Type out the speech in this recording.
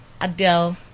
Adele